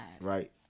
Right